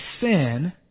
sin